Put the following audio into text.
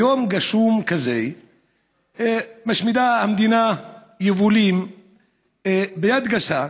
ביום גשום כזה משמידה המדינה יבולים ביד גסה,